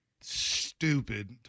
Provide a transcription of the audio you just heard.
stupid